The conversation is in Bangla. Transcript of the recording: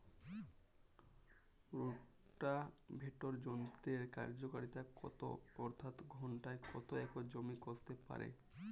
রোটাভেটর যন্ত্রের কার্যকারিতা কত অর্থাৎ ঘণ্টায় কত একর জমি কষতে পারে?